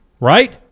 Right